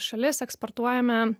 šalis eksportuojame